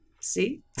See